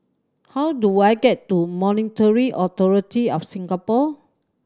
how do I get to Monetary Authority Of Singapore